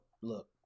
look